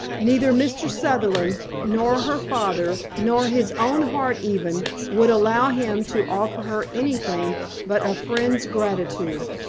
neither mr. sutherland nor her father, nor his own heart even, would allow him to offer her anything but a friend's gratitude,